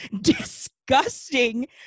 disgusting